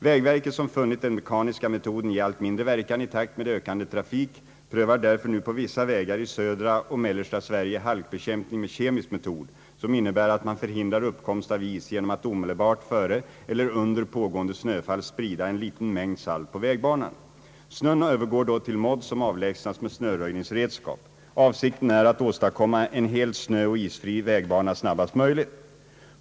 Vägverket, som funnit den mekaniska metoden ge allt mindre verkan i takt med ökande trafik, prövar därför nu på vissa vägar i södra och mellersta Sverige halkbekämpning med kemisk metod, som innebär att man förhindrar uppkomst av is genom att omedelbart före eller under pågående snöfall sprida en liten mängd salt på vägbanan. Snön övergår då till modd som avlägsnas med snöröjningsredskap. Avsikten är att åstadkomma en helt snöoch isfri vägbana snabbast möjligt.